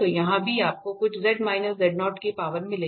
तो यहाँ भी आपको कुछ के पावर मिलेंगी